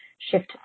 shift